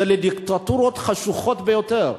ולדיקטטורות חשוכות ביותר.